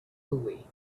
hooey